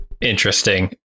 Interesting